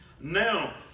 Now